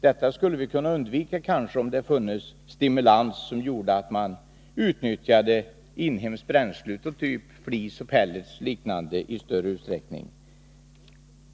Detta skulle vi kanske ha kunnat undvika om det funnits någon stimulans som gjorde att man utnyttjade inhemskt bränsle av typ flis, pellets och liknande i större utsträckning.